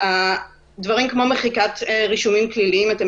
דברים כמו מחיקת רישומים פליליים אתם